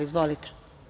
Izvolite.